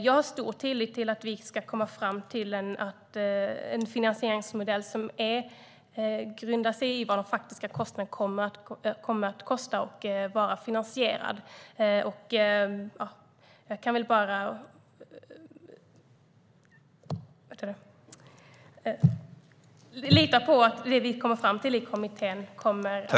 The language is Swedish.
Jag har stor tillit till att den ska komma fram till en finansiering som grundar sig på de faktiska kostnaderna.